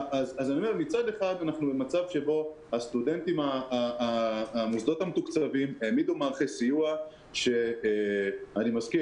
מצד אחד אנחנו במצב שהמוסדות המתוקצבים העמידו מערכי סיוע שאני מזכיר,